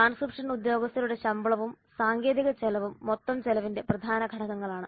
transcription ഉദ്യോഗസ്ഥരുടെ ശമ്പളവും സാങ്കേതിക ചെലവും മൊത്തം ചെലവിന്റെ പ്രധാന ഘടകങ്ങളാണ്